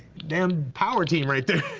damn power team right there.